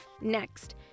Next